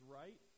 right